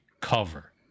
cover